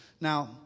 Now